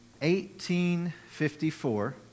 1854